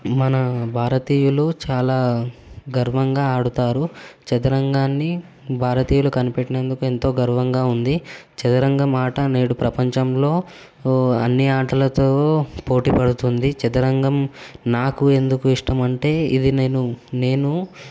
మన భారతీయులు చాలా గర్వంగా ఆడతారు చదరంగాన్ని భారతీయులు కనిపెట్టినందుకు ఎంతో గర్వంగా ఉంది చదరంగం ఆట నేడు ప్రపంచంలో అన్నీ ఆటలతో పోటీ పడుతుంది చదరంగం నాకు ఎందుకు ఇష్టం అంటే ఇది నేను నేను